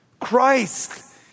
Christ